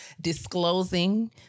disclosing